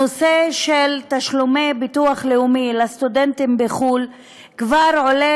הנושא של תשלומי ביטוח לאומי לסטודנטים בחו"ל כבר עולה